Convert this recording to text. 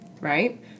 right